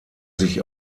sich